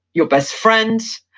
your best friend,